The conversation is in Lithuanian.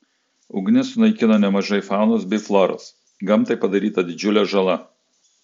ugnis sunaikino nemažai faunos bei floros gamtai padaryta didžiulė žala